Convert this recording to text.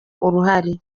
uruhare